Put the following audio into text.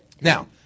Now